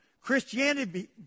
Christianity